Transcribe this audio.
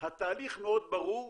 התהליך מאוד ברור,